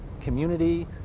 community